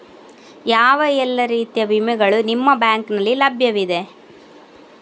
ಯಾವ ಎಲ್ಲ ರೀತಿಯ ವಿಮೆಗಳು ನಿಮ್ಮ ಬ್ಯಾಂಕಿನಲ್ಲಿ ಲಭ್ಯವಿದೆ?